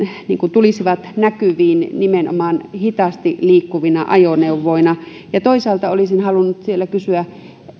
tulisivat näkyviin nimenomaan hitaasti liikkuvina ajoneuvoina ja toisaalta olisin halunnut vielä kysyä